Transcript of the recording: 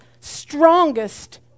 strongest